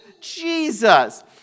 Jesus